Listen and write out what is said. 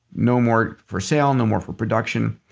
no more for sale. no more for production.